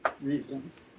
reasons